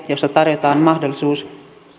jossa tarjotaan mahdollisuus